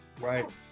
right